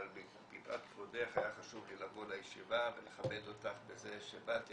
מפאת כבודך היה חשוב לי לבוא לישיבה ולכבד אותך בזה שבאתי,